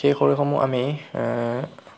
সেই খৰিসমূহ আমি